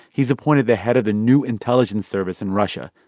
he's appointed the head of the new intelligence service in russia,